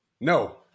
No